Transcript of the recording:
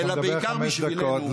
אתה מדבר חמש דקות.